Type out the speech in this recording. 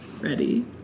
ready